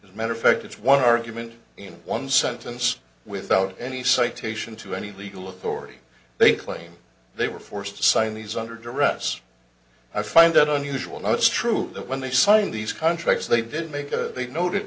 is a matter of fact it's one argument in one sentence without any citation to any legal authority they claim they were forced to sign these under duress i find that unusual it's true that when they sign these contracts they did make a they no